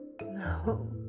No